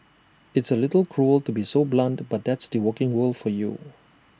it's A little cruel to be so blunt but that's the working world for you